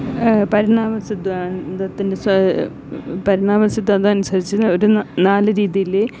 പരിണാമ സിദ്ധാന്തത്തിൻറെ പരിണാമ സിദ്ധാന്തം അനുസരിച്ച് ഒരു നാല് രീതിയിൽ